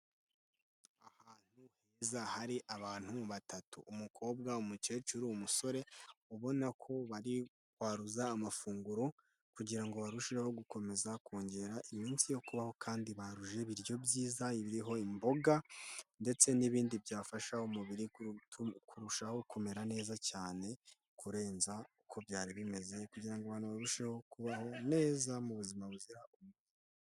Ahantu heza hari abantu batatu, umukobwa, umukecuru, umusore ubona ko bari kwaruza amafunguro kugira ngo barusheho gukomeza kongera iminsi yo kubaho, kandi baruje ibiryo byiza, ibiriho imboga ndetse n'ibindi byafasha umubiri kurushaho kumera neza cyane, kurenza uko byari bimeze kugira ngo abantu barusheho kubaho neza mu buzima buzira umuze.